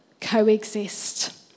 coexist